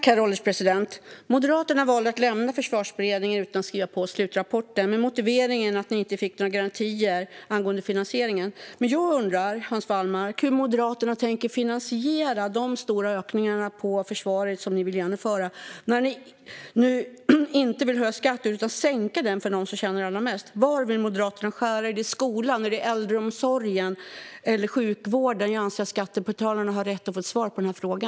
Herr ålderspresident! Moderaterna valde att lämna Försvarsberedningen utan att skriva på slutrapporten med motiveringen att man inte fick några garantier angående finansieringen. Jag undrar, Hans Wallmark, hur Moderaterna tänker finansiera de stora ökningar till försvaret som ni vill genomföra när ni inte vill höja skatten utan sänka den för dem som tjänar allra mest. Var vill Moderaterna skära ned? Är det på skolan, på äldreomsorgen eller på sjukvården? Jag anser att skattebetalarna har rätt att få ett svar på denna fråga.